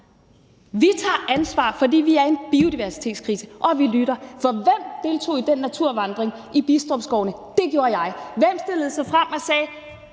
Vi tager ansvar, fordi vi er i en biodiversitetskrise. Og vi lytter. For hvem deltog i den naturvandring i Bidstrup Skovene? Det gjorde jeg. Hvem stillede sig frem og sagde: